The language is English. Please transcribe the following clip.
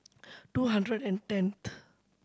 two hundred and tenth